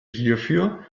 hierfür